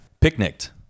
picnicked